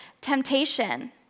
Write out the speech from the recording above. temptation